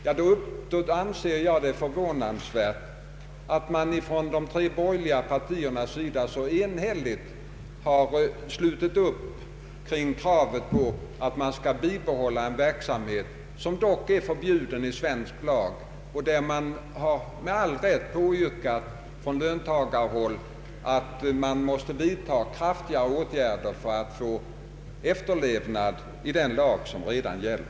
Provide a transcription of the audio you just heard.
Jag anser det förvånansvärt att man från de tre borgerliga partiernas sida så enhälligt slutit upp kring kravet på bibehållande av en verksamhet som dock är förbjuden i svensk lag, när man från löntagarhåll påyrkat kraftiga åtgärder för att få efterlevnad av den lag som redan gäller.